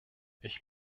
ich